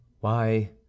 Why